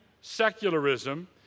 secularism